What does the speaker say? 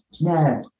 no